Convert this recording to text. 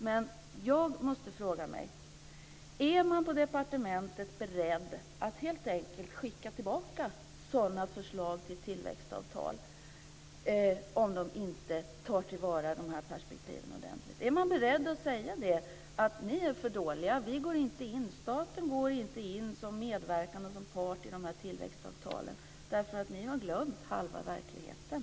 Men jag måste fråga: Är man på departementet beredd att helt enkelt skicka tillbaka sådana förslag till tillväxtavtal där jämställdhetsperspektivet inte tas till vara ordentligt? Jag vill fråga om man är beredd att säga: Ni är för dåliga. Staten går inte in som medverkande och part i dessa tillväxtavtal därför att ni har glömt halva verkligheten.